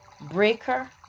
breaker